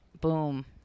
boom